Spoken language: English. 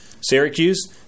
Syracuse